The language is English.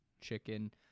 chicken